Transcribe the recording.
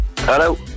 Hello